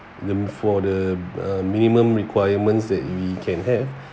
the for the uh minimum requirements that we can have